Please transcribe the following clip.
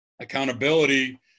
accountability